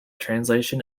translation